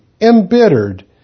embittered